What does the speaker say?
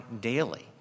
daily